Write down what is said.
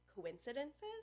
coincidences